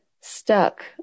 stuck